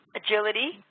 agility